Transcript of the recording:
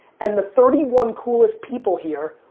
and the thirty one coolest people here,